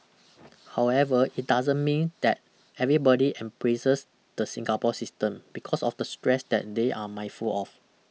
however it doesn't mean that everybody embraces the Singapore system because of the stress that they are mindful of